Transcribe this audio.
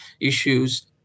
issues